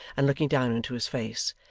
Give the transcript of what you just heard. and looking down into his face.